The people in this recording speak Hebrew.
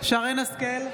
שרן מרים השכל,